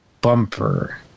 bumper